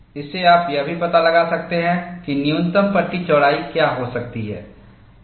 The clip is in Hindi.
इससे आप यह भी पता लगा सकते हैं कि न्यूनतम पट्टी चौड़ाई क्या हो सकती है